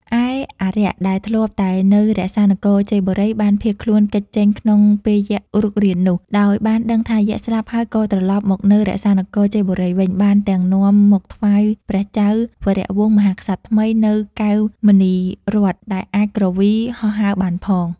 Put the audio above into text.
ឯអារក្ស ដែលធ្លាប់តែនៅរក្សានគរជ័យបូរី បានភៀសខ្លួនគេចចេញក្នុងពេលយក្សរុករាននោះ ដោយបានដឹងថាយក្សស្លាប់ហើយក៏ត្រឡប់មកនៅរក្សានគរជ័យបូរីវិញ បានទាំងនាំមកថ្វាយព្រះចៅវរវង្សមហាក្សត្រថ្មី នូវកែវមណីរត្ន ដែលអាចគ្រវី ហោះហើរបានផង។